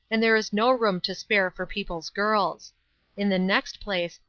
and there is no room to spare for people's girls in the next place,